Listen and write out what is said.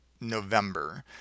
November